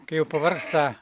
kai jau pavargsta